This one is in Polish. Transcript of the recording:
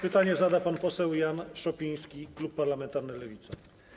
Pytanie zada pan poseł Jan Szopiński, klub parlamentarny Lewica.